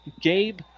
Gabe